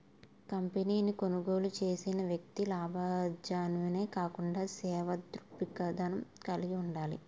కంపెనీని కొనుగోలు చేసిన వ్యక్తి లాభాజనే కాకుండా సేవా దృక్పథం కలిగి ఉండాలి